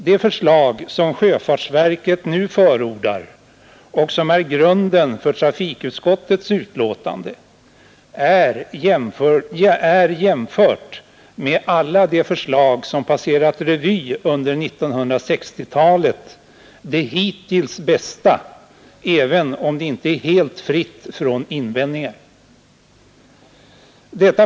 Det förslag som sjöfartsverket nu förordar och som är grunden för trafikutskottets betänkande är jämfört med alla de förslag som passerat revy under 1960-talet det hittills bästa, även om det inte är helt fritt från invändningar.